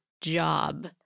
job